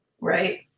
Right